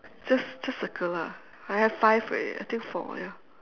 just just circle lah I have five eh I think four ya